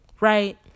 right